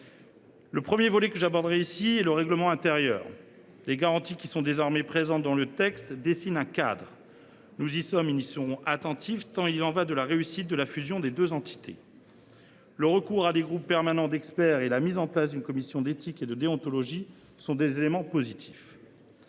Le premier volet que j’aborderai ici est le règlement intérieur. Les garanties qui sont désormais présentes dans le texte dessinent un cadre. Nous y sommes et y serons attentifs, tant il y va de la réussite de la fusion des deux entités. Le recours à des groupes permanents d’experts et la mise en place d’une commission d’éthique et de déontologie sont des éléments positifs.